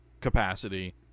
capacity